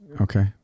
Okay